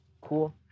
Cool